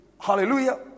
Hallelujah